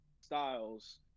styles